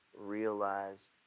realize